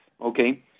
Okay